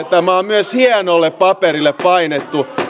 tämä on myös hienolle paperille painettu